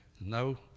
no